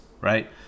right